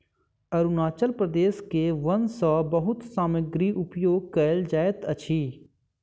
अरुणाचल प्रदेश के वन सॅ बहुत सामग्री उपयोग कयल जाइत अछि